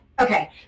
Okay